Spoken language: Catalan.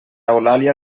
eulàlia